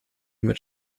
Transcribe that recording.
mit